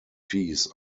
fees